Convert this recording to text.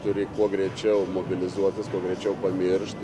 turi kuo greičiau mobilizuotis kuo greičiau pamiršt